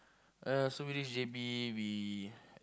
uh so we leave J_B we